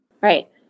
Right